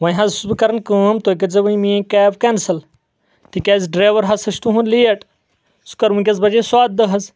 ونۍ حظ چھُس بہٕ کران کٲم تُہۍ کٔرۍ زیو وۄنۍ میٲنۍ کیب کینسل تِکیٛازِ ڈرایور ہسا چھُ تُہنٛد لیٹ سُہ کر ؤنکیٚس بجے سۄدٕ دہ حظ